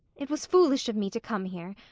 it was foolish of me to come here.